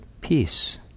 peace